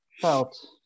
felt